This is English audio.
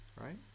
Right